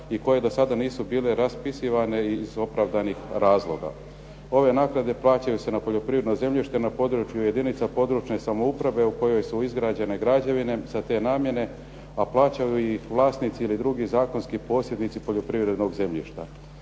i koje dosada nisu bile raspisivane iz opravdanih razloga. Ove naknade plaćaju se na poljoprivredno zemljište na području jedinica područne samouprave u kojoj su izgrađene građevine za te namjene, a plaćaju ih vlasnici ili drugi zakonski posjednici poljoprivrednog zemljišta.